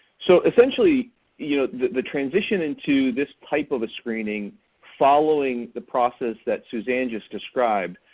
so essentially you know the the transition into this type of a screening following the process that suzanne just described.